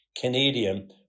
Canadian